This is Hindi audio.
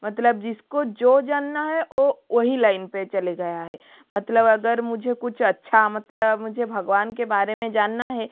मतलब जिसको जो जानना है वो वही लाइन पे चले गया है मतलब अगर मुझे कुछ अच्छा मतलब मुझे भगवान के बारे में जानना है